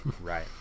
Right